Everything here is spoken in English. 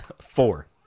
Four